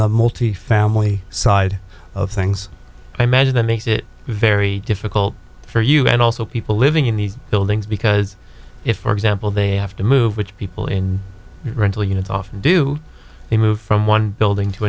the multifamily side of things i imagine that makes it very difficult for you and also people living in these buildings because if for example they have to move which people in rental units often do they move from one building to